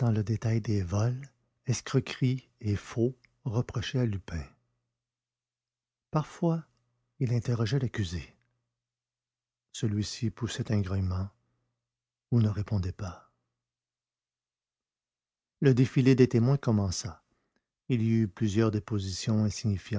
le détail des vols escroqueries et faux reprochés à lupin parfois il interrogeait l'accusé celui-ci poussait un grognement ou ne répondait pas le défilé des témoins commença il y eut plusieurs dépositions